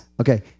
Okay